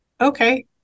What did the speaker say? okay